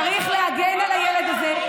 צריך להגן על הילד הזה,